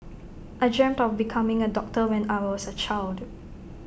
I dreamt of becoming A doctor when I was A child